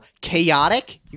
Chaotic